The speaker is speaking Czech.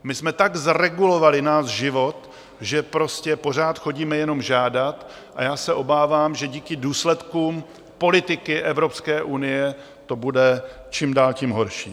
My jsme tak zregulovali náš život, že prostě pořád chodíme jenom žádat, a já se obávám, že díky důsledkům politiky Evropské unie to bude čím dál tím horší.